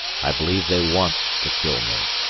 i believe they want to kill me.